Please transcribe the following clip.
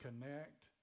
connect